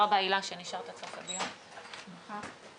הישיבה ננעלה